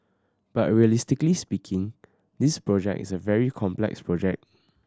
but realistically speaking this project is a very complex project